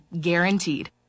guaranteed